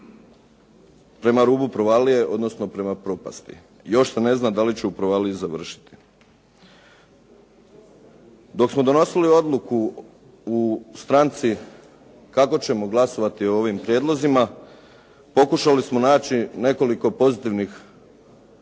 prema rubu provalije odnosno prema propasti. Još se ne zna da li će u provaliji završiti. Dok smo donosili odluku u stranci kako ćemo glasovati o ovim prijedlozima pokušali smo naći nekoliko pozitivnih